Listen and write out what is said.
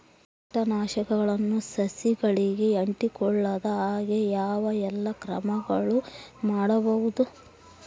ಕೇಟನಾಶಕಗಳು ಸಸಿಗಳಿಗೆ ಅಂಟಿಕೊಳ್ಳದ ಹಾಗೆ ಯಾವ ಎಲ್ಲಾ ಕ್ರಮಗಳು ಮಾಡಬಹುದು?